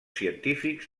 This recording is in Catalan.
científics